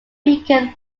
beacon